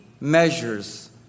measures